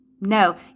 No